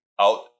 out